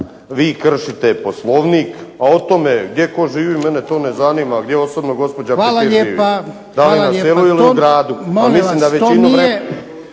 Vi kršite Poslovnik, a o tome gdje tko živi mene to ne zanima. Gdje osobno gospođa Petir živi, da li na selu ili u gradu. A mislim da većinu